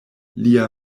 lia